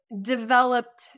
developed